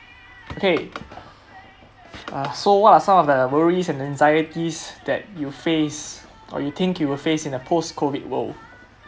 okay uh so what are some of the worries and anxieties that you face or you think you will face in the post COVID world